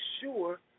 sure